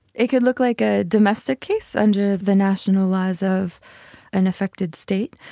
it could look like a domestic case under the national laws of an affected state.